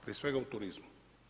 Prije svega u turizmu.